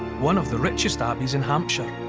one of the richest abbeys in hampshire.